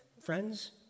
friends